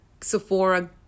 Sephora